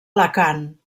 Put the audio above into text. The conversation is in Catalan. alacant